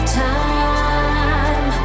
time